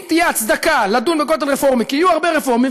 אם תהיה הצדקה לדון בכותל רפורמי כי יהיו הרבה רפורמים,